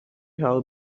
have